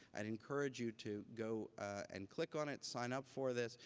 i'd encourage you to go and click on it. sign up for this.